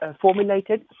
formulated